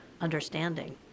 understanding